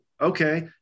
Okay